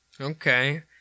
Okay